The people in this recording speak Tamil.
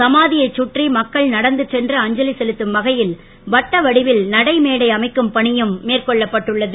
சமாதியை சுற்றி மக்கள் நடந்து சென்று அஞ்சலி செலுத்தும் வகையில் சமாதியை சுற்றி வட்ட வடிவில் நடைமேடை அமைக்கும் பணியும் மேற்கொள்ளப்பட்டுள்ளது